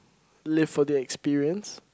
live for the experience